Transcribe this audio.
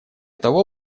того